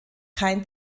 kein